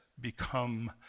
become